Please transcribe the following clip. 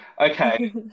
Okay